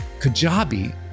Kajabi